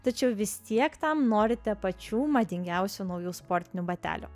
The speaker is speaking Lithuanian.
tačiau vis tiek tam norite pačių madingiausių naujų sportinių batelių